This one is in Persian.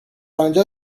انجا